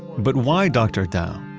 but why doctor dao?